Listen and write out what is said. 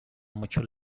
mucho